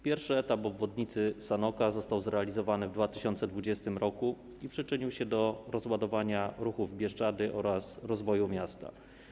Pierwszy etap obwodnicy Sanoka został zrealizowany w 2020 r. i przyczynił się do rozładowania ruchu w Bieszczady oraz rozwoju miasta.